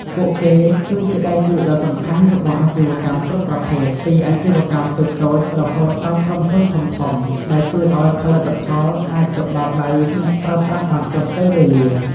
ពួកគេ គឺជាដៃគូដ៏សំខាន់របស់អាជីវកម្មគ្រប់ប្រភេទ ពីអាជីវកម្មតូចៗរហូតដល់ក្រុមហ៊ុនធំៗ ដែលជួយឱ្យផលិតផលអាចទៅដល់ដៃអ្នកប្រើប្រាស់បានទាន់ពេលវេលា។